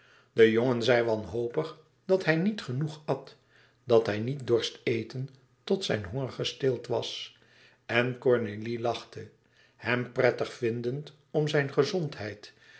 de jongen zei wanhopig dat hij niet genoeg at dat hij niet dorst eten tot zijn honger gestild was en cornélie lachte hem prettig vindend om zijn gezondheid